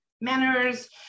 manners